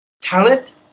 talent